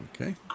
Okay